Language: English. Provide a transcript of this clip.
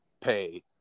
pay